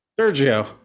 Sergio